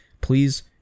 please